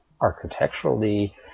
architecturally